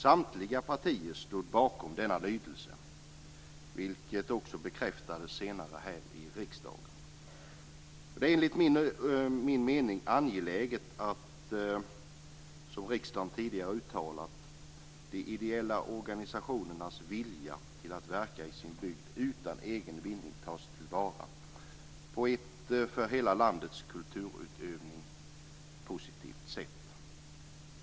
Samtliga partier stod bakom denna lydelse, vilket också bekräftades senare här i riksdagen. Det är enligt min mening angeläget att, som riksdagen tidigare har uttalat, de ideella organisationernas vilja att verka i sin bygd utan egen vinning tas till vara på ett för hela landets kulturutövning positivt sätt.